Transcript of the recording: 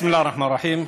בסם אללה א-רחמאן א-רחים.